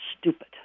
stupid